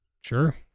Sure